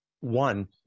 one